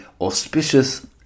auspicious